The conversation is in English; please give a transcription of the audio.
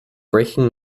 breaking